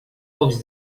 pocs